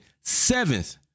seventh